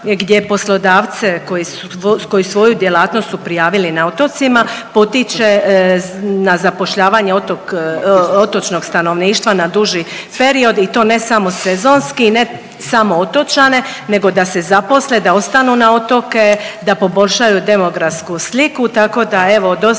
koji svoju, koji su svoju djelatnost su prijavili na otocima potiče na zapošljavanje otočnog stanovništva na duži period i to ne samo sezonski i ne samo otočane, nego da se zaposle, da ostanu na otoke da poboljšaju demografsku sliku.